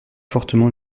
fortement